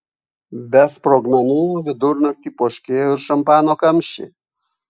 be sprogmenų vidurnaktį poškėjo ir šampano kamščiai